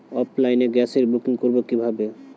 অফলাইনে গ্যাসের বুকিং করব কিভাবে?